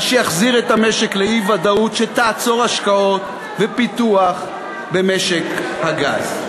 מה שיחזיר את המשק לאי-ודאות שתעצור השקעות ופיתוח במשק הגז.